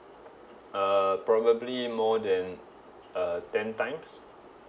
uh probably more than uh ten times